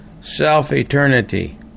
Self-eternity